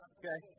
okay